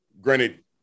granted